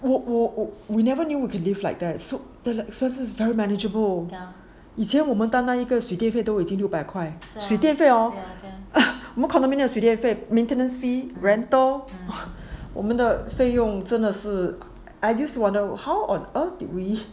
我我我 never knew I could live like that so 我的 expenses very very manageable 以前我们当当一个水电费就已经六百块水电费 oh 我们 condominiums 的水电费 maintenance fee rental 我们的费用真的是 I just wonder how on earth did we